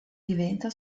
diventa